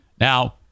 Now